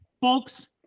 Folks